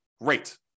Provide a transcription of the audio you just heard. great